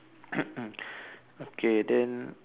okay then